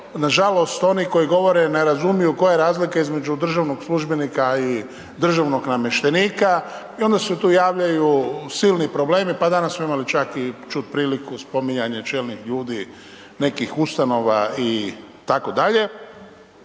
nažalost koji govore ne razumiju koja je razlika između državnog službenika i državnog namještenika i onda se tu javljaju silni problemi, pa danas smo imali čak i čut priliku spominjanja čelnih ljudi nekih ustanova itd.